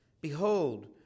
Behold